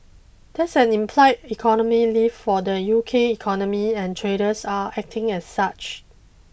that's an implied economy lift for the U K economy and traders are acting as such